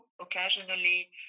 occasionally